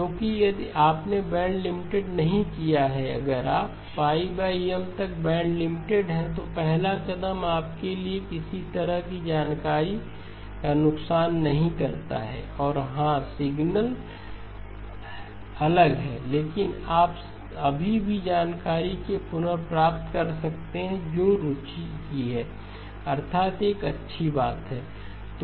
क्योंकि यदि आपने बैंड लिमिटेड नहीं किया है अगर आप M तक बैंड लिमिटेड हैं तो पहला कदम आपके लिए किसी भी तरह की जानकारी का नुकसान नहीं करता है और हाँ सिग्नल अलग हैं लेकिन आप अभी भी उस जानकारी को पुनर्प्राप्त कर सकते हैं जो रुचि की है अर्थात एक अच्छी बात है